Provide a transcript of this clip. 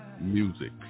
Music